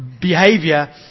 behavior